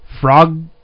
frog